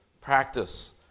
practice